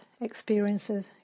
experiences